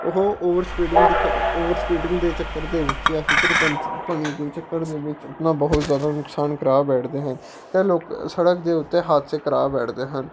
ਉਹ over speeding ਦੇ over speeding ਦੇ ਚੱਕਰ ਦੇ ਵਿੱਚ ਜਾਂ ਫੁਕਰਪਣ ਪਣੀ ਦੇ ਚੱਕਰ ਦੇ ਵਿੱਚ ਆਪਣਾ ਬਹੁਤ ਜ਼ਿਆਦਾ ਨੁਕਸਾਨ ਕਰਵਾ ਬੈਠਦੇ ਹਨ ਇਹ ਲੋਕ ਸੜਕ ਦੇ ਉੱਤੇ ਹਾਦਸੇ ਕਰਵਾ ਬੈਠਦੇ ਹਨ